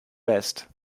vest